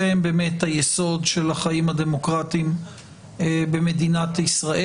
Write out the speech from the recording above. שהם באמת היסוד של החיים הדמוקרטיים במדינת ישראל.